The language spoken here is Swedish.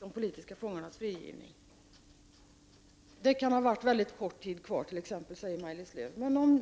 de politiska fångarnas frigivning. Maj-Lis Lööw sade att det kan röra sig om fall där det varit mycket kort tid kvar.